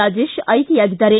ರಾಜೇಶ್ ಆಯ್ಕೆಯಾಗಿದ್ದಾರೆ